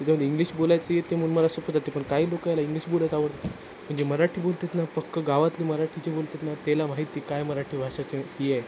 ते जाऊ दे इंग्लिश बोलायची येते म्हणून मला सोपं जातं आहे पण काही लोकायला इंग्लिश बोलायचं अवघड जातं आहे म्हणजे मराठी बोलत आहेत ना पक्कं गावातली मराठी जे बोलत आहेत ना तेला माहिती काय मराठी भाषेची हे आहे